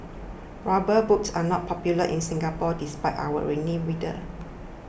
rubber boots are not popular in Singapore despite our rainy weather